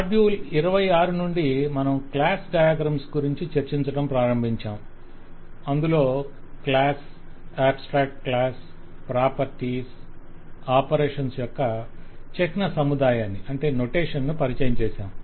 module 26 నుండి మనం class diagrams గురించి చర్చించడం ప్రారంభించాము అందులో class abstract class properties operations యొక్క చిహ్న సముదాయాన్ని పరిచయం చేసాము